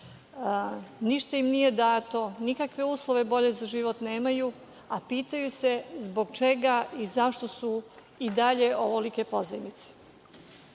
ništa im nije dato, nikakve bolje uslove za život nemaju, a pitaju se zbog čega i zašto su i dalje ovolike pozajmice. Ono